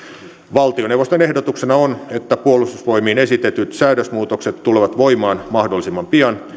valtioneuvoston ehdotuksena on että puolustusvoimiin esitetyt säädösmuutokset tulevat voimaan mahdollisimman pian